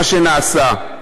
מה שנעשה.